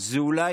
זה אולי